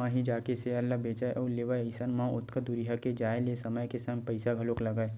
म ही जाके सेयर ल बेंचय अउ लेवय अइसन म ओतका दूरिहा के जाय ले समय के संग पइसा घलोक लगय